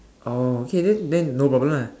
okay then then no problem lah